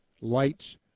lights